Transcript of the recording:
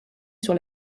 sur